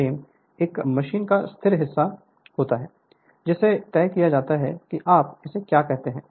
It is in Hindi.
फ्रेम एक मशीन का स्थिर हिस्सा होता है जिसे तय किया जाता है कि आप इसे क्या कहते हैं